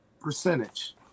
percentage